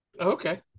okay